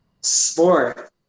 sport